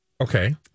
Okay